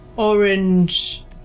orange